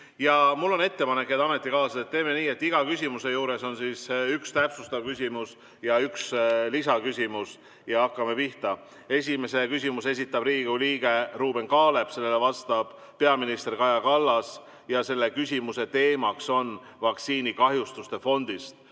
Mul on ettepanek, head ametikaaslased. Teeme nii, et iga küsimuse juures on üks täpsustav küsimus ja üks lisaküsimus. Hakkame pihta! Esimese küsimuse esitab Riigikogu liige Ruuben Kaalep, sellele vastab peaminister Kaja Kallas ja küsimuse teema on vaktsiinikahjustuste fond.